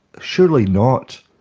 surely not.